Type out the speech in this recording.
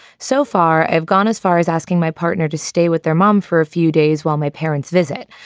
so far, i've gone as far as asking my partner to stay with their mom for a few days while my parents visit.